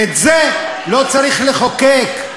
ואת זה לא צריך לחוקק.